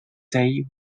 day